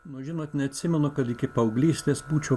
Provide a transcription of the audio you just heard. nu žinot neatsimenu kad iki paauglystės būčiau